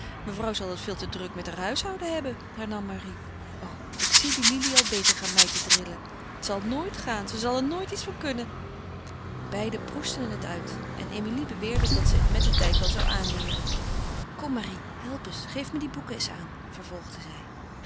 mevrouw zal het veel te druk met haar huishouden hebben hernam marie o ik zie die lili al bezig haar meid te drillen het zal nooit gaan ze zal er nooit iets van kunnen beiden proestten het uit en emilie beweerde dat ze het mettertijd wel zou aanleeren kom marie help eens geef me die boeken eens aan vervolgde zij